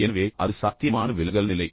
எனவே அது சாத்தியமான விலகல் நிலை